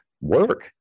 work